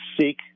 seek